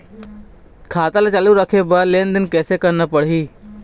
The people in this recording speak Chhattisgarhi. खाता ला चालू रखे बर लेनदेन कैसे रखना पड़ही?